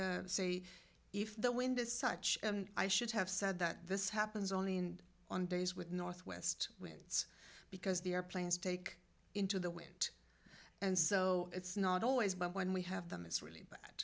see if the wind is such i should have said that this happens only in on days with northwest winds because the airplanes take into the wind and so it's not always but when we have them it's really